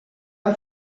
han